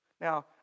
Now